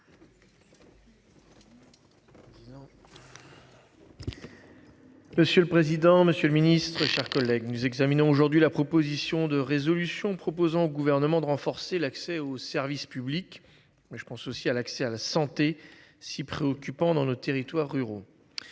Monsieur le président, monsieur le ministre, chers collègues, nous examinons aujourd'hui la proposition de résolution proposant au gouvernement de renforcer l'accès au service public. Mais je pense aussi à l'accès à la santé si préoccupant dans nos territoires ruraux.